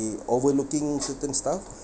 overlooking certain stuff